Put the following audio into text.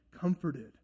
comforted